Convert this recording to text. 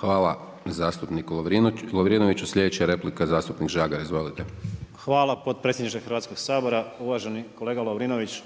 Hvala zastupniku Lovrinoviću. Sljedeća je replika zastupnik Žagar. Izvolite. **Žagar, Tomislav (Nezavisni)** Hvala potpredsjedniče Hrvatskog sabora, uvaženi kolega Lovrinović.